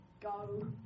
Go